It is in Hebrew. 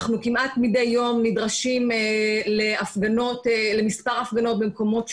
כמעט מדי יום אנחנו נדרשים למספר הפגנות במקומות שונים.